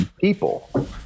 people